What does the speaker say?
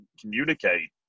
communicate